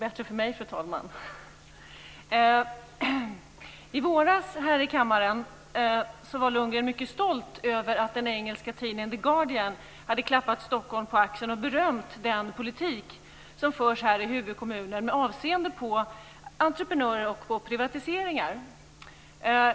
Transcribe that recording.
Fru talman! I våras här i kammaren var Lundgren mycket stolt över att den engelska tidningen The Guardian hade klappat Stockholm på axeln och berömt den politik som förs här i huvudkommunen med avseende på entreprenörer och privatiseringar.